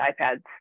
iPads